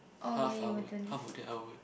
half I would half of that I would